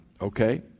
okay